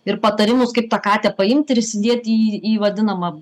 ir patarimus kaip tą katę paimti ir įsidėti į į vadinamą